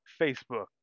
Facebook